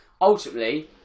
ultimately